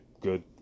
good